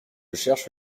cherche